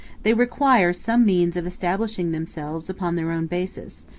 they require some means of establishing themselves upon their own basis,